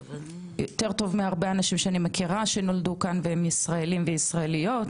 יותר טוב מהרבה אנשים שאני מכירה שנולדו כאן והם ישראלים וישראליות,